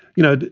you know.